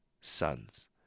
sons